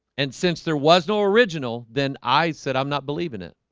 and since there was no original then i said i'm not believing it.